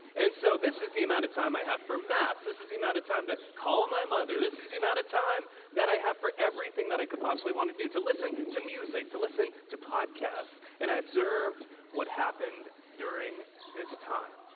and so this is the amount of time i have for maps, this is the amount of time to call my mother, this is the amount of time i have for everything that i could possibly want to do, to listen to music, to listen to podcasts, and i observed what happened during this time.